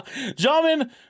Gentlemen